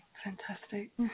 fantastic